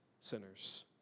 sinners